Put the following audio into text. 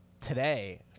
Today